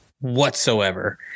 whatsoever